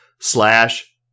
slash